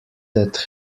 that